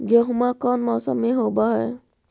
गेहूमा कौन मौसम में होब है?